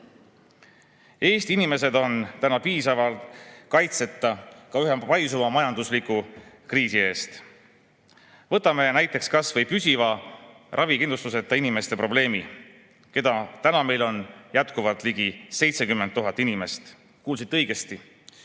Eesti inimesed on täna piisava kaitseta üha paisuva majandusliku kriisi eest. Võtame näiteks kas või püsiva ravikindlustuseta inimeste probleemi, keda täna meil on jätkuvalt ligi 70 000 inimest. Kuulsite õigesti: